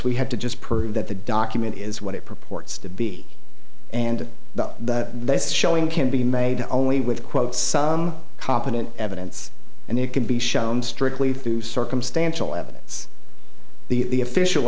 we have to just prove that the document is what it purports to be and the showing can be made only with quote some competent evidence and it can be shown strictly through circumstantial evidence the official